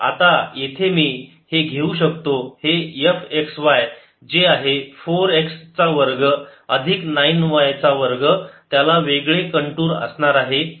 आता येथे मी हे घेऊ शकतो हे f x y जे आहे 4 x चा वर्ग अधिक 9 y चा वर्ग त्याला वेगळे कंटूर असणार आहेत